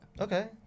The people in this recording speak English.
Okay